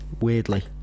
weirdly